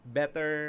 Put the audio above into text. better